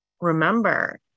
remember